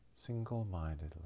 single-mindedly